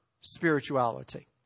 spirituality